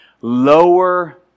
lower